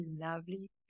lovely